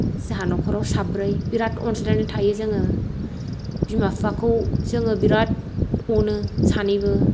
जोंहा न'खराव साब्रै बिराद अनज्लायनानै थायो जोङो बिमा बिफाखौ जोङो बिराद अनो सानैबो